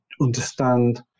understand